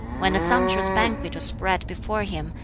when a sumptuous banquet was spread before him,